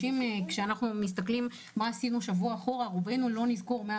כשאנחנו מסתכלים מה עשינו לפני שבוע רובנו לא נזכור במאה